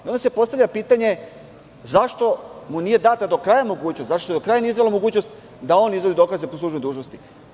Onda se postavlja pitanje - zašto mu nije data do kraja mogućnost, zašto se do kraja nije izvela mogućnost da on izvodi dokaze po službenoj dužnosti?